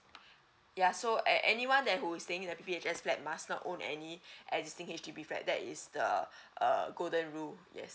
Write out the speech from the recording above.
ya so at anyone that who is staying in the P P H S flat must not own any existing H_D_B flat that is the uh golden rule yes